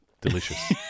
delicious